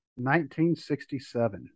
1967